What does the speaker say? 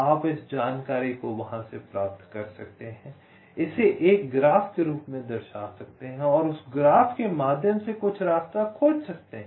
आप इस जानकारी को वहां से प्राप्त कर सकते हैं इसे एक ग्राफ के रूप में दर्शा सकते हैं और उस ग्राफ के माध्यम से कुछ रास्ता खोज सकते हैं